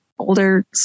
Older